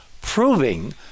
proving